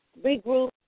regroup